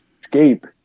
escape